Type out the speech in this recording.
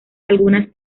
algunas